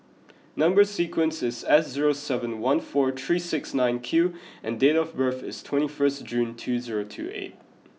number sequence is S zero seven one four three six nine Q and date of birth is twenty first June two zero two eight